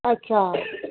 अच्छा